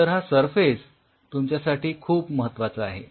तर हा सरफेस तुमच्यासाठी खूप महत्वाचा आहे